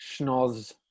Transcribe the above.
schnoz